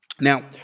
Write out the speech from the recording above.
Now